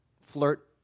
flirt